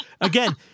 Again